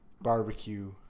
barbecue